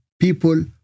people